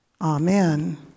amen